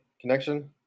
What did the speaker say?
connection